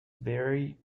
vary